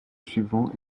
suivants